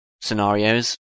scenarios